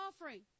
offering